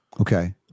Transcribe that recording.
Okay